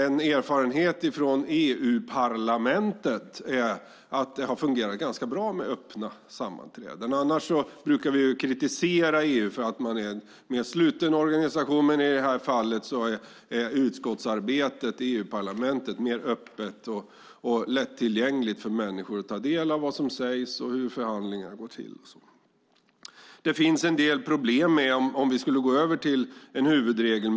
En erfarenhet från EU-parlamentet är att det har fungerat ganska bra med öppna sammanträden. Vi brukar annars kritisera EU för att vara en mer sluten organisation, men i det här fallet är utskottsarbetet i EU-parlamentet öppnare och mer lättillgängligt för människor så att de kan ta del av vad som sägs, av hur förhandlingar går till och sådant. Det finns en del problem med att övergå till öppna sammanträden som huvudregel.